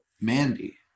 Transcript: Mandy